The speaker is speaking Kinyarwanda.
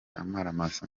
amaramasa